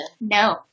No